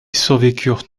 survécurent